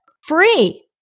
Free